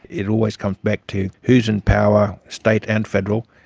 it always comes back to who's in power, state and federal,